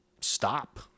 stop